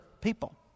people